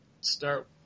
start